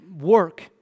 work